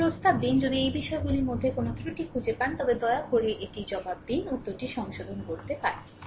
তবে প্রস্তাব দিন যদি এই বিষয়গুলির মধ্যে কোনও ত্রুটি খুঁজে পান তবে দয়া করে এটিকে জবাব দিন উত্তরটি সংশোধন করতে পারে